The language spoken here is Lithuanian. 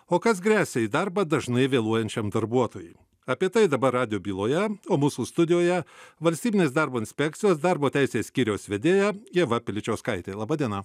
o kas gresia į darbą dažnai vėluojančiam darbuotojui apie tai dabar radijo byloje o mūsų studijoje valstybinės darbo inspekcijos darbo teisės skyriaus vedėja ieva piličiauskaitė laba diena